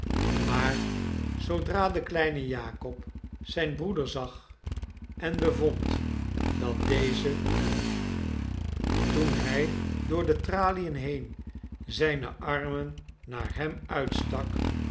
maar zoodra de kleine jakob zijn broeder zag en bevond dat deze toen hij door de tralien heen zijne armen naar hem uitstak